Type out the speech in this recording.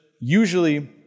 Usually